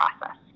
process